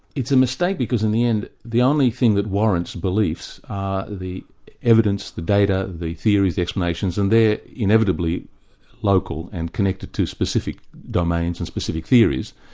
it's a mistake because in the end, the only thing that warrants beliefs are the evidence, the data, the theories, the explanations, and they're inevitably local and connected to specific domains and specific theories.